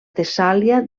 tessàlia